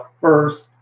first